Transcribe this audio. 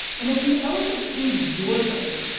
and if an elephant came to your garden,